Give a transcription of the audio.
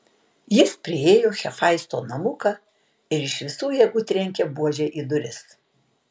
jis priėjo hefaisto namuką ir iš visų jėgų trenkė buože į duris